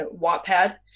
wattpad